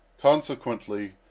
consequently,